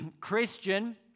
Christian